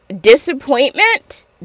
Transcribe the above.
disappointment